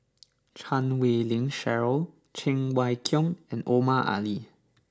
Chan Wei Ling Cheryl Cheng Wai Keung and Omar Ali